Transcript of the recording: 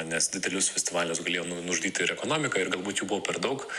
nes didelius festivalius galėjo nužudyti ir ekonomika ir galbūt jų buvo per daug